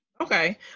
Okay